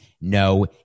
No